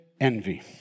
envy